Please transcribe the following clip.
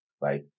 right